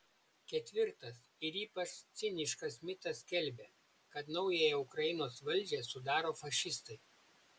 ketvirtas ir ypač ciniškas mitas skelbia kad naująją ukrainos valdžią sudaro fašistai